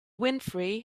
winfrey